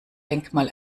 denkmal